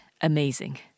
amazing